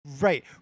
Right